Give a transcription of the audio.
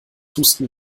husten